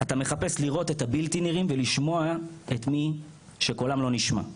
אתה מחפש לראות את הבלתי נראים ולשמוע את מי שקולם לא נשמע,